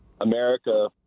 America